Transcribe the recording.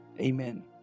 Amen